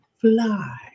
fly